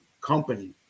company